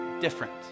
different